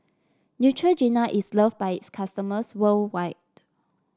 Neutrogena is loved by its customers worldwide